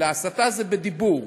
אלא הסתה זה בדיבור.